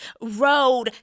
road